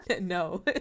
no